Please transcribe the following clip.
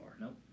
Nope